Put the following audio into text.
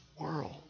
world